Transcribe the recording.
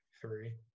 three